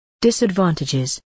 Disadvantages